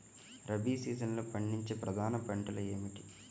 రబీ సీజన్లో పండించే ప్రధాన పంటలు ఏమిటీ?